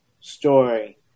story